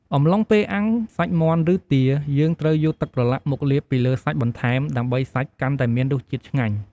អំឡុងពេលអាំងសាច់មាន់ឬទា យើងត្រូវយកទឹកប្រឡាក់មកលាបពីលើសាច់បន្ថែម ដើម្បីសាច់កាន់តែមានរស់ជាតិឆ្ងាញ់។